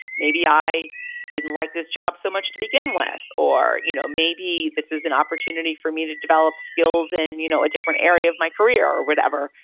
maybe i didn't like this. job so much to begin with, or you know maybe this is an opportunity for me to develop skills in you know a different area of my career or whatever.